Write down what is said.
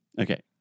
Okay